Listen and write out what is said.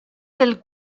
del